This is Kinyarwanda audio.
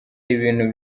ibintu